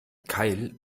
keil